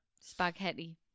Spaghetti